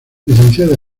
licenciada